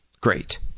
Great